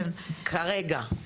כרגע,